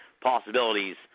possibilities